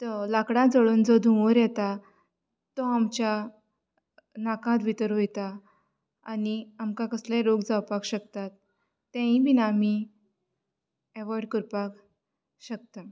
तो लाकडां जळोवन जो धुवोर येता तो आमच्या नाकांत भितर वयता आनी आमकां कसलेंय रोग जावपाक शकतात तेंय बीन आमी अेवोयड करपाक शकतात